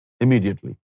immediately